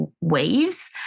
waves